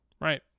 right